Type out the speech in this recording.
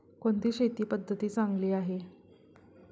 कोणती शेती पद्धती चांगली आहे?